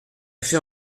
fait